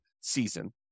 season